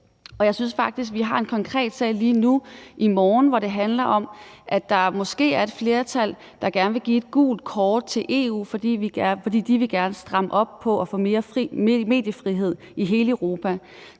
Jeg synes faktisk, at vi har en konkret sag lige nu, der skal behandles i morgen. Den handler om, at der måske er et flertal, der gerne vil give et gult kort til EU, fordi de gerne vil stramme op og få mere mediefrihed i hele Europa.